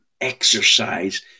exercise